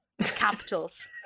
Capitals